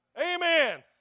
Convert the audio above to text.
Amen